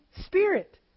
Spirit